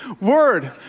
Word